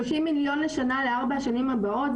30 מיליון שקלים לשנה לארבע השנים הבאות.